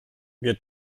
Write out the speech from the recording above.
wir